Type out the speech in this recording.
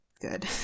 good